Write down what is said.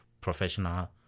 professional